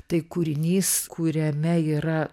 tai kūrinys kuriame yra